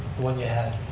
one you had.